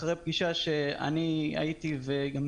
אחרי פגישה - בה נכחתי,